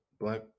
Black